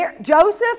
Joseph